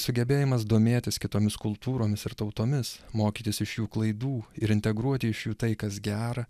sugebėjimas domėtis kitomis kultūromis ir tautomis mokytis iš jų klaidų ir integruoti iš jų tai kas gera